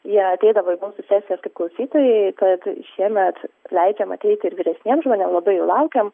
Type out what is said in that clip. jie ateidavo į mūsų sesijas kaip klausytojai tad šiemet leidžiam ateit ir vyresniem žmonėm labai jų laukiam